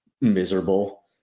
miserable